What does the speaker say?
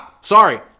sorry